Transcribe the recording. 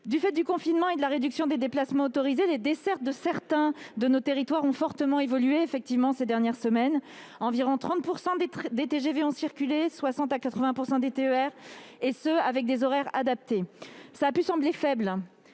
Du fait du confinement et de la réduction des déplacements autorisés, les dessertes de certains de nos territoires ont fortement évolué ces dernières semaines : environ 30 % des TGV ont circulé et 60 % à 80 % des TER et ce, avec des horaires adaptés. Cela peut sembler faible,